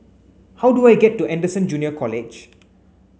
how do I get to Anderson Junior College